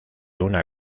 una